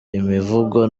imivugo